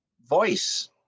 voice